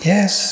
Yes